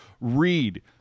read